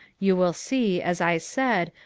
you will see, as i said,